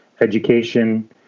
education